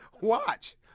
watch